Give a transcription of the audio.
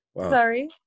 Sorry